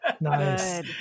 nice